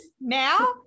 now